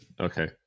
Okay